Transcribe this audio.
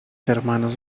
hermanos